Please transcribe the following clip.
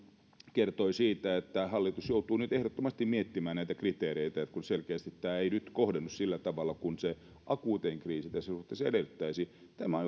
kertoi siitä että hallitus joutuu nyt ehdottomasti miettimään näitä kriteereitä kun selkeästi tämä ei nyt kohdennu sillä tavalla kuin se akuutein kriisi tässä suhteessa edellyttäisi tämä